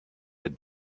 edge